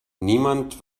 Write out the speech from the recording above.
niemand